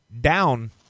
down